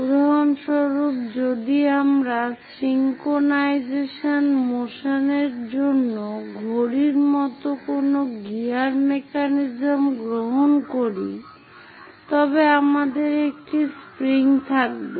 উদাহরণস্বরূপ যদি আমরা সিঙ্ক্রোনাইজেশন মোশনের জন্য ঘড়ির মতো কোনো গিয়ার মেকানিজম গ্রহণ করি তবে আমাদের একটি স্প্রিং থাকবে